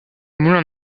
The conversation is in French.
moulin